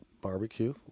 barbecue